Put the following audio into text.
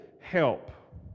help